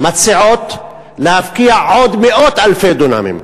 מציעות להפקיע עוד מאות אלפי דונמים,